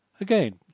Again